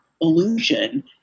illusion